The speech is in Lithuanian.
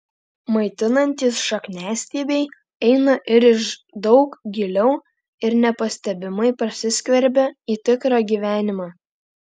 maitinantys šakniastiebiai eina ir iš daug giliau ir nepastebimai prasiskverbia į tikrą gyvenimą